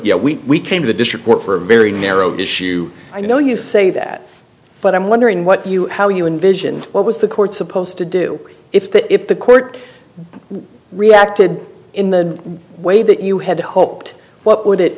yeah we came to the district court for a very narrow issue i know you say that but i'm wondering what you how you envision what was the court's supposed to do if the if the court reacted in the way that you had hoped what would it